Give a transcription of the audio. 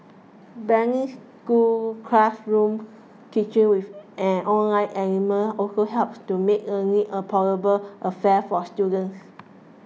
blending classroom teaching with an online element also helps to make learning a portable affair for students